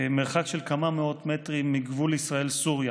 מרחק של כמה מאות מטרים מגבול ישראל סוריה.